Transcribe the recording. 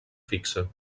fixa